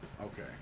Okay